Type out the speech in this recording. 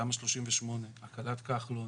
תמ"א 38, ועדת כחלון.